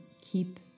keep